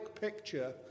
picture